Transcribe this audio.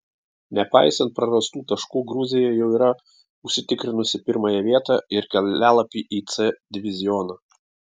nepaisant prarastų taškų gruzija jau yra užsitikrinusi pirmąją vietą ir kelialapį į c divizioną